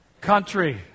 Country